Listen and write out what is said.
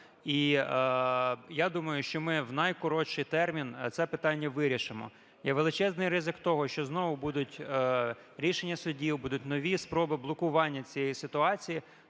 І я думаю, що ми в найкоротший термін це питання вирішимо. Є величезний ризик того, що знову будуть рішення судів, будуть нові спроби блокування цієї ситуації,